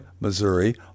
Missouri